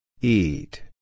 Eat